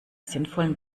sinnvollen